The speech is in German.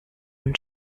und